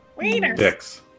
Dicks